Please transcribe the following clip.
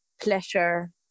pleasure